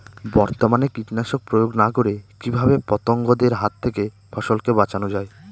বর্তমানে কীটনাশক প্রয়োগ না করে কিভাবে পতঙ্গদের হাত থেকে ফসলকে বাঁচানো যায়?